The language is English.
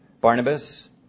Barnabas